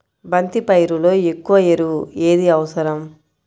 బంతి పైరులో ఎక్కువ ఎరువు ఏది అవసరం?